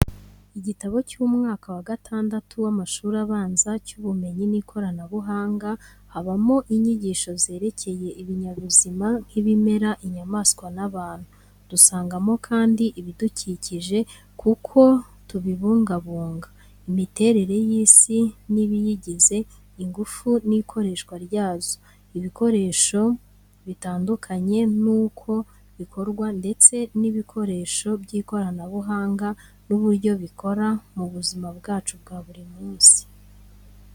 Igitabo cy’umwaka wa gatandatu w'amashuri abanza cy’ubumenyi n’ikoranabuhanga habamo inyigisho zerekeye ibinyabuzima nk'ibimera, inyamaswa n’abantu. Dusangamo kandi ibidukikije n’uko tubibungabunga, imiterere y’isi n’ibiyigize, ingufu n’ikoreshwa ryazo, ibikoresho bitandukanye n'uko bikorwa ndetse n'ibikoresho by'ikoranabuhanga n'uburyo bikora mu buzima bwacu bwa buri munsi.